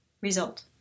Result